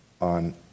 on